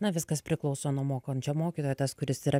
na viskas priklauso nuo mokančio mokytojo tas kuris yra